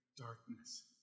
darkness